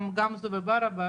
גמזו וברבש,